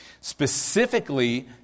Specifically